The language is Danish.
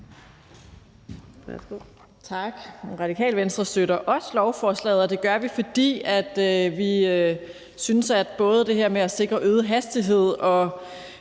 Tak.